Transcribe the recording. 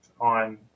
on